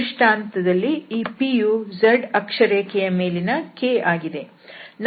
ಈ ದೃಷ್ಟಾಂತದಲ್ಲಿ ಈ p ಯು z ಅಕ್ಷರೇಖೆಯ ಮೇಲಿನ k ಆಗಿದೆ